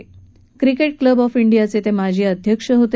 ते cricket club of इंडियाचे माजी अध्यक्ष होते